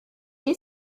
you